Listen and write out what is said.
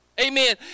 amen